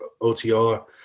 OTR